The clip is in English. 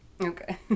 okay